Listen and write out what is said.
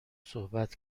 صحبت